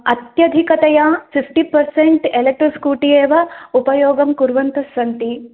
अत्यधिकतया fifty percent electric scooty एव उपयोगं कुर्वन्तस्सन्ति